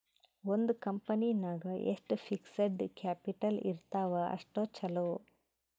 ಒಂದ್ ಕಂಪನಿ ನಾಗ್ ಎಷ್ಟ್ ಫಿಕ್ಸಡ್ ಕ್ಯಾಪಿಟಲ್ ಇರ್ತಾವ್ ಅಷ್ಟ ಛಲೋ